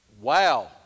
wow